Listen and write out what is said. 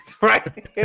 Right